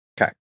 Okay